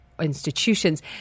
Institutions